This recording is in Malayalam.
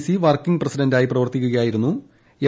സി വർക്കിംഗ് പ്രസിഡന്റായി പ്രവർത്തിക്കുകയായിരുന്നു അദ്ദേഹം